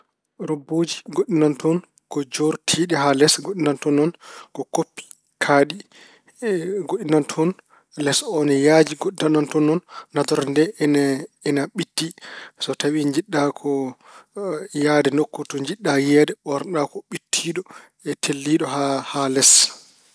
Robbooji goɗɗi nana toon ko joortiiɗi haa les. Goɗɗi nana toon noon ko koppi kaaɗi. Goɗɗi nana toon les o ne yaaji. Goɗɗi nana toon noon, nadorde ndee ina ɓittii. So tawi jiɗɗa ko yahde nokku to jiɗɗa yiyeede, ɓoorno ko ɓittiiɗo, telliiɗo haa les.